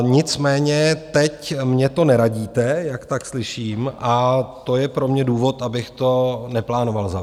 Nicméně teď mně to neradíte, jak tak slyším, a to je pro mě důvod, abych to neplánoval zavést.